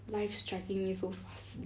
life striking me so fast